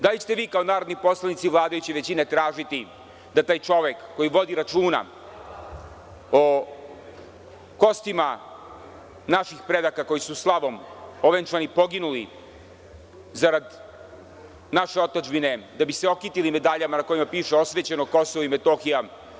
Da li ćete vi kao narodni poslanici vladajuće većine tražiti da taj čovek koji vodi računa o kostima naših predaka koji su slavom ovenčani poginuli zarad naše otadžbine da bi se okitili medaljama na kojima piše „osvećeno Kosovo i Metohija“